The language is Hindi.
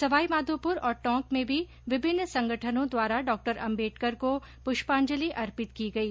सवाई माधोपूर और टोंक में भी विभिन्न संगठनों द्वारा डॉ अम्बेडकर को प्रष्पांजलि अर्पित की गई